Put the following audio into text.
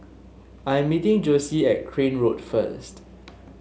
I'm meeting Jossie at Crane Road first